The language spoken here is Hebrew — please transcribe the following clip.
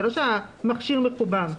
זה לא שהמכשיר מחובר.